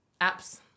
apps